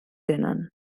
tenen